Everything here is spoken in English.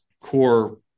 core